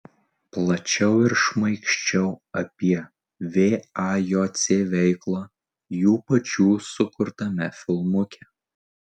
plačiau ir šmaikščiau apie vajc veiklą jų pačių sukurtame filmuke